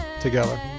together